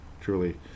truly